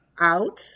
out